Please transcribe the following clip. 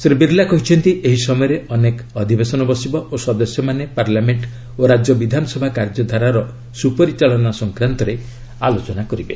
ଶୀ ବିର୍ଲା କହିଛନ୍ତି ଏହି ସମୟରେ ଅନେକ ଅଧିବେଶନ ବସିବ ଓ ସଦସ୍ୟମାନେ ପାର୍ଲାମେଣ୍ଟ ଓ ରାଜ୍ୟ ବିଧାନସଭା କାର୍ଯ୍ୟଧାରାର ସୁପରିଚାଳନା ସଂକ୍ରାନ୍ତରେ ଆଲୋଚନା କରିବେ